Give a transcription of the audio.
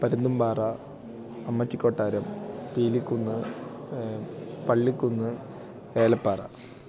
Parunthumpara Ammachikottaram Peelikkunnu Pallikkunnu Elappara